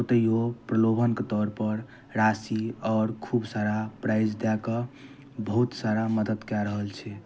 ओतैओ प्रलोभनके तौर पर राशि आओर खूब सारा प्राइज दै कऽ बहुत सारा मदद कै रहल छै